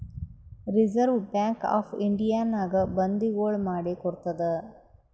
reserve bank of ಇಂಡಿಯಾನಾಗೆ ಬಂದಿಗೊಳ್ ಮಾಡಿ ಕೊಡ್ತಾದ್